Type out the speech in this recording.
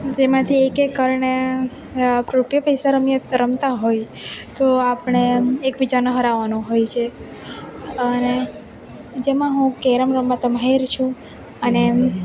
તેમાંથી એક એક કરીને રૂપીએ પૈસે રમીએ તો રમતા હોય તો આપણે એક બીજાને હરાવાના હોય છે અને જેમાં હું કેરમ રમવા તો માહિર છું અને